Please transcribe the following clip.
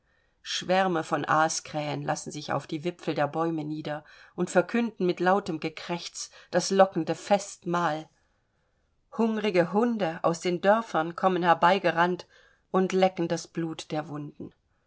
schwärme von aaskrähen lassen sich auf die wipfel der bäume nieder und verkünden mit lautem gekrächz das lockende festmahl hungrige hunde aus den dörfern kommen herbeigerannt und lecken das blut der wunden